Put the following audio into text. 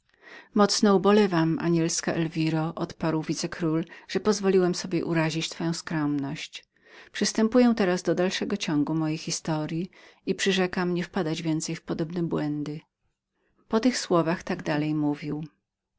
mocno ubolewam anielska elwiro odparł wicekról że pozwoliłem sobie obrazić twoją skromność przystępuję teraz dodalnegododalszego ciągu mojej historyi i przyrzekam nie wpadać więcej w podobne błędy w istocie tak dalej mówił